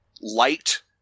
Light